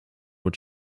what